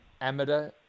Amateur